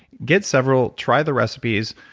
get several, try the recipes.